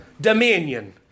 dominion